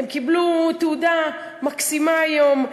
הם קיבלו תעודה מקסימה היום,